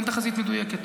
אין תחזית מדויקת.